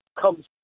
Comes